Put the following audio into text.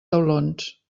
taulons